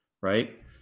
right